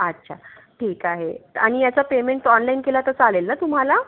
अच्छा ठीक आहे आणि याचं पेमेंट ऑनलाईन केलं तर चालेल ना तुम्हाला